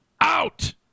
out